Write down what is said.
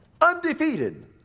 undefeated